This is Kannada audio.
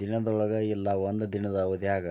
ದಿನದೊಳಗ ಇಲ್ಲಾ ಒಂದ ದಿನದ್ ಅವಧ್ಯಾಗ್